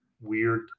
weird